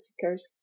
seekers